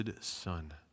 Son